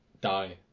die